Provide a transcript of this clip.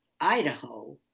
Idaho